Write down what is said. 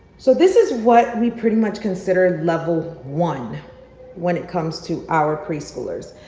so this is what we pretty much considered level one when it comes to our preschoolers.